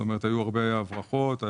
היו הרבה הברחות,